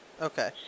Okay